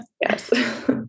Yes